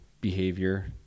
behavior